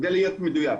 כדי להיות מדויק,